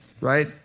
Right